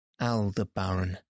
Aldebaran